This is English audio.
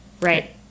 Right